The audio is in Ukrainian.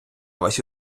ваші